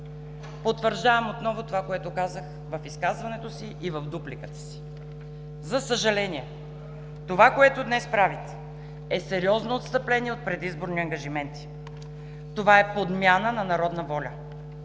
потвърждаваме отново онова, което казах в изказването си и в дупликата си. За съжаление това, което днес правите, е сериозно отстъпление от предизборни ангажименти. Това е подмяна на народна воля.